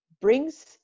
brings